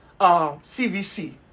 CVC